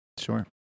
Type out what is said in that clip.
Sure